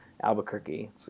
Albuquerque